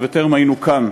עוד בטרם היינו כאן,